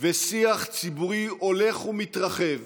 ושיח ציבורי הולך ומתרחב